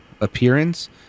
appearance